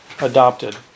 adopted